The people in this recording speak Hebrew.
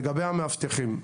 לגבי המאבטחים,